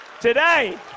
today